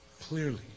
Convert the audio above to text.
Clearly